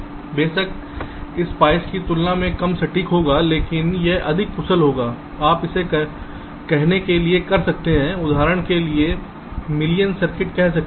यह बेशक स्पाइस की तुलना में कम सटीक होगा लेकिन यह अधिक कुशल होगा आप इसे कहने के लिए चला सकते हैं उदाहरण के लिए मिलियन सर्किट कह सकते हैं